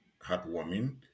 heartwarming